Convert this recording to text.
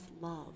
love